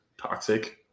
Toxic